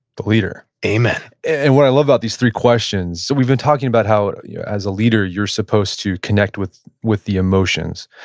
the leader amen and what i love about these three questions, we've been talking about how, as a leader, you're supposed to connect with with the emotions.